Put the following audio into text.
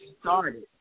started